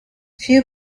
few